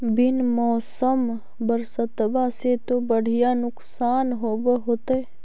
बिन मौसम बरसतबा से तो बढ़िया नुक्सान होब होतै?